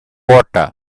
water